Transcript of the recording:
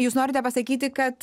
jūs norite pasakyti kad